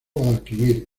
guadalquivir